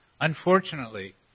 Unfortunately